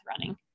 running